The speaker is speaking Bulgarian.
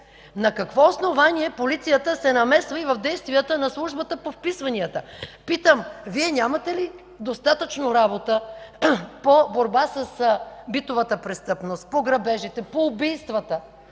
На какво основание полицията се намесва и в действията на Службата по вписванията? Питам: Вие нямате ли достатъчно работа по борба с битовата престъпност, по грабежите, по убийствата,